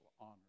honor